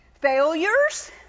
failures